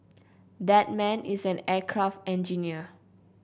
that man is an aircraft engineer